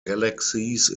galaxies